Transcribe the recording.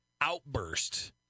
outburst